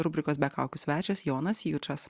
rubrikos be kaukių svečias jonas jučas